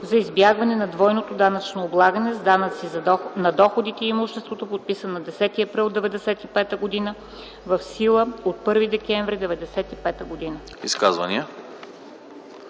за избягване на двойното данъчно облагане с данъци на доходите и имуществото, подписана на 10 април 1995 г., в сила от 1 декември 1995 г. Гласували